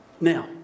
Now